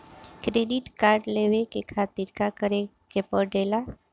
Credit card लेवे के खातिर का करेके पड़ेला?